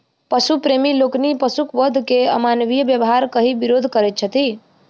पशु प्रेमी लोकनि पशुक वध के अमानवीय व्यवहार कहि विरोध करैत छथि